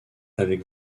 avec